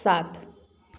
सात